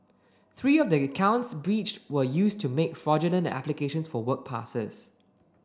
three of the accounts breached were used to make fraudulent applications for work passes